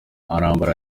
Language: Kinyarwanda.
arambara